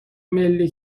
ملی